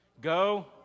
Go